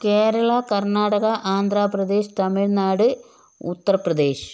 Keralam Karnataka Andhra Pradesh Tamil Nadu Uttar Pradesh